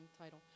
title